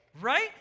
right